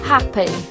Happy